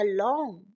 Alone